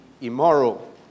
immoral